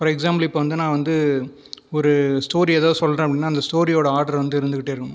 for example இப்போ வந்து நான் வந்து ஒரு ஸ்டோரி எதாவது சொல்கிறேன் அப்படினா அந்த ஸ்டோரியோடய ஆர்டர் வந்து இருந்துகிட்டே இருக்கணும்